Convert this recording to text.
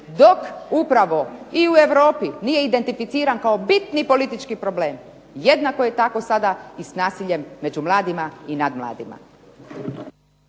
dok upravo i u Europi nije identificiran kao bitni politički problem. Jednako je tako sada i s nasiljem među mladima i nad mladima.